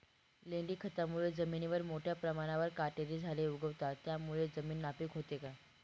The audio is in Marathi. लेंडी खतामुळे जमिनीवर मोठ्या प्रमाणावर काटेरी झाडे उगवतात, त्यामुळे जमीन नापीक होते का?